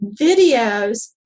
videos